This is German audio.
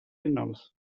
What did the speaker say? hinaus